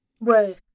Work